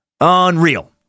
Unreal